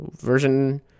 version